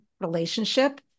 relationship